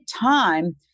time